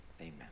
amen